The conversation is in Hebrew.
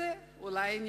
מעשה טוב נוסף.